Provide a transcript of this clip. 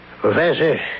Professor